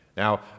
Now